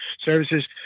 services